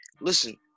Listen